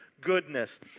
goodness